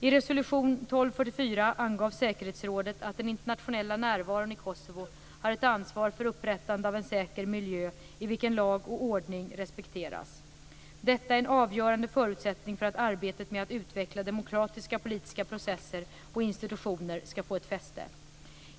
I resolution 1244 angav säkerhetsrådet att den internationella närvaron i Kosovo har ett ansvar för upprättande av en säker miljö i vilken lag och ordning respekteras. Detta är en avgörande förutsättning för att arbetet med att utveckla demokratiska politiska processer och institutioner ska få ett fäste.